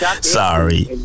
Sorry